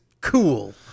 Cool